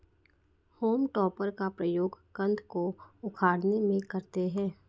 home टॉपर का प्रयोग कन्द को उखाड़ने में करते हैं